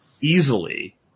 easily